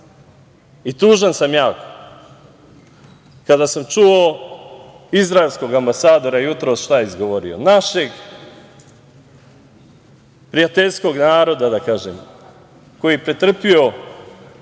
i tužan sam jako kada sam čuo izraelskog ambasadora jutros šta je izgovorio, našeg prijateljskog naroda, da kažem, koji je pretrpeo,